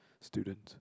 students